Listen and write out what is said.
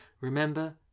Remember